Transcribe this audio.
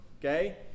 Okay